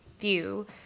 view